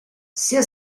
sia